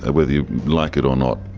ah whether you like it or not.